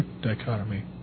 Dichotomy